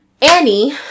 Annie